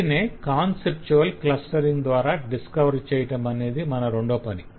వీటిని conceptual clustering ద్వార discover చేయటమనేది మన రెండో పని